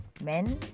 men